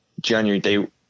January